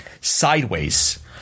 sideways